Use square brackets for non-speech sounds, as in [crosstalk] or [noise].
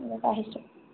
[unintelligible]